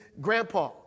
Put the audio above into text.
grandpa